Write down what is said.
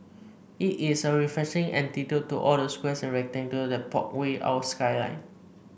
it is a refreshing antidote to all the squares and rectangles that pock we our skyline